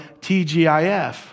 TGIF